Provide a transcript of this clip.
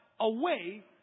away